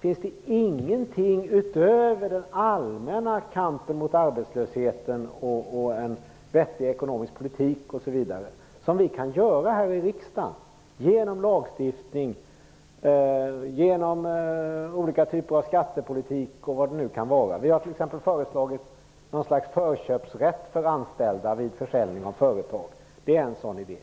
Finns det ingenting utöver den allmänna kampen mot arbetslösheten och en vettig ekonomisk politik osv. som vi kan göra här i riksdagen, genom lagstiftning, olika typer av skattepolitik och vad det nu kan vara? Vi har t.ex. föreslagit något slags förköpsrätt för anställda vid försäljning av företag. Det är en sådan idé.